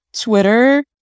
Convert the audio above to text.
Twitter